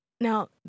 Now